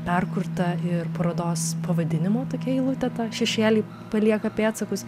perkurta ir parodos pavadinimu tokia eilutė ta šešėliai palieka pėdsakus